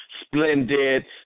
splendid